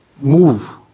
Move